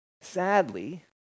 Sadly